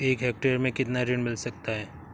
एक हेक्टेयर में कितना ऋण मिल सकता है?